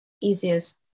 easiest